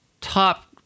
Top